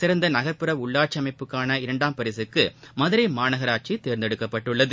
சிறந்த நகர்ப்புற உள்ளாட்சி அமைப்புக்கான இரண்டாம் பரிசுக்கு மதுரை மாநகராட்சி தேர்ந்தெடுக்கப்பட்டுள்ளது